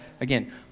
again